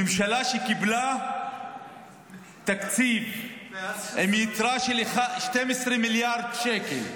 ממשלה שקיבלה תקציב עם יתרה של 12 מיליארד שקל,